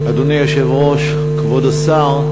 אדוני היושב-ראש, כבוד השר,